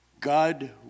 God